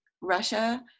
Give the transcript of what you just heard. Russia